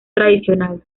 tradicional